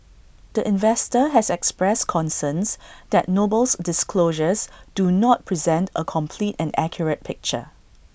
the investor has expressed concerns that Noble's disclosures do not present A complete and accurate picture